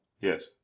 Yes